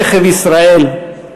רכב ישראל,